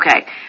Okay